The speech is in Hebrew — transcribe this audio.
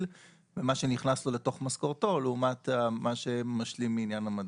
ומה שנכנס לו לתוך משכורתו לעומת מה שמשלים לעניין המדד.